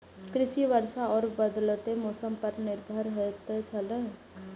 कृषि वर्षा और बदलेत मौसम पर निर्भर होयत छला